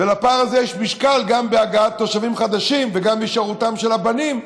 ולפער הזה יש משקל גם בהגעת תושבים חדשים וגם בהישארותם של הבנים,